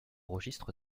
registre